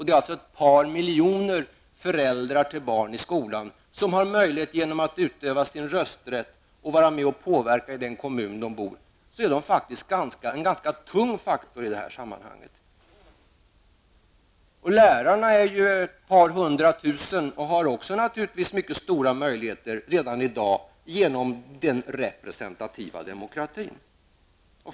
Det är ett par miljoner föräldrar till barn i skolan som har möjlighet, genom att utöva sin rösträtt, att vara med och påverka i den kommun de bor. Det är faktiskt en ganska tung faktor i detta sammanhang. Lärarna, som är ett par hundratusen, har också mycket stora möjligheter redan i dag genom den representativa demokratin.